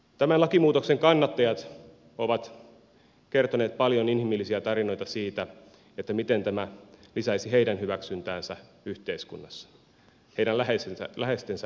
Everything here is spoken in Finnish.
tämän lakimuutoksen kannattajat ovat kertoneet paljon inhimillisiä tarinoita siitä miten tämä lisäisi heidän hyväksyntäänsä yhteiskunnassa heidän läheistensä hyväksyntää